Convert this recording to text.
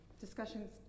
discussions